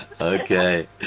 Okay